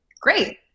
Great